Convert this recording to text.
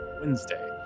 Wednesday